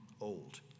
old